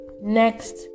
Next